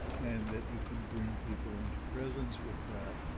and that you can bring people into prisons with that.